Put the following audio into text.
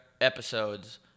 episodes